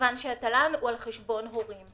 מכיוון שהתל"ן הוא על חשבון ההורים.